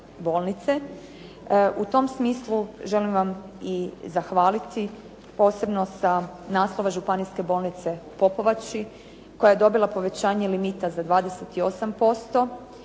U tom smislu želim vam i zahvaliti posebno sa naslova županijske bolnice u Popovači, koja je dobila povećanje limita za 28%.